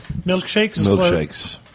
Milkshakes